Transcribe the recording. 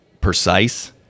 precise